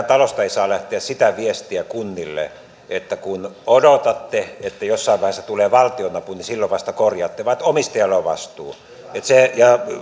talosta ei saa lähteä sitä viestiä kunnille että kun odotatte että jossain vaiheessa tulee valtionapu niin silloin vasta korjaatte vaan että omistajalla on vastuu